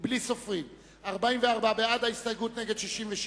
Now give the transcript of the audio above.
46 מתנגדים,